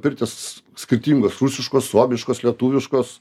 pirtys skirtingos rusiškos suomiškos lietuviškos